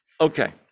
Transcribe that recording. Okay